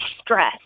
stress